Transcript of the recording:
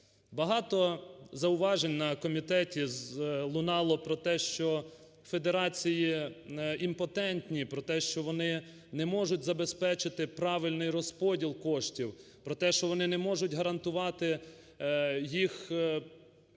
Багато зауважень на комітеті лунало про те, що федерації імпотентні, про те, що вони не можуть забезпечити правильний розподіл коштів, про те, що вони не можуть гарантувати їх